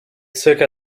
zirka